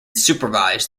supervised